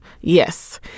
Yes